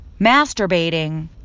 masturbating